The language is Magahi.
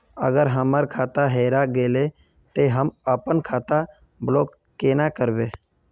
अगर हमर खाता हेरा गेले ते हम अपन खाता ब्लॉक केना करबे?